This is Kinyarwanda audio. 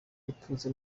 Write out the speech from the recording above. ituze